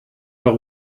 doch